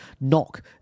knock